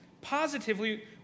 positively